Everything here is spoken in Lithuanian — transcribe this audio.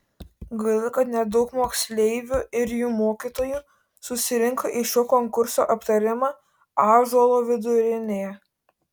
gaila kad nedaug moksleivių ir jų mokytojų susirinko į šio konkurso aptarimą ąžuolo vidurinėje